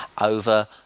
over